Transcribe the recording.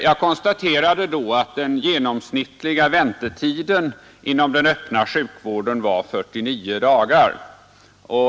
Jag konstaterade då att den genomsnittliga väntetiden inom den öppna sjukvården var 49 dagar.